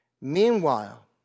Meanwhile